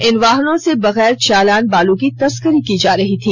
इन वाहनों से बगैर चालान बालू की तस्करी की जा रही थी